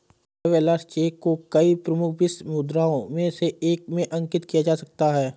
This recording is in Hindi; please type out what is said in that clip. ट्रैवेलर्स चेक को कई प्रमुख विश्व मुद्राओं में से एक में अंकित किया जा सकता है